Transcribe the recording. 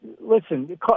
Listen